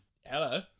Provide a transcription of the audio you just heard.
Hello